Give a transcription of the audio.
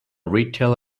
retail